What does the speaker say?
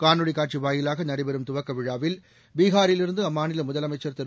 காணொலி காட்சி வாயிலாக நடைபெறும் துவக்க விழாவில் பீகாரிலிருந்து அம்மாநில முதலமைச்சர் திரு